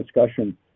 discussion